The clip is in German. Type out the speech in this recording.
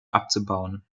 abzubauen